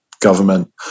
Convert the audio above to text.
government